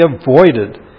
avoided